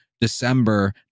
December